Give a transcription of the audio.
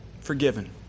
forgiven